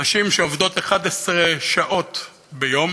נשים שעובדות 11 שעות ביום